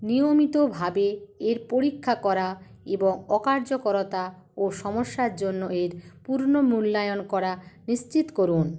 নিয়মিতভাবে এর পরীক্ষা করা এবং অকার্যকরতা ও সমস্যার জন্য এর পূর্ণ মূল্যায়ন করা নিশ্চিত করুন